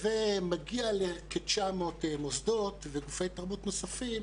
ומגיע לכ-900 מוסדות וגופי תרבות נוספים